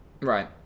Right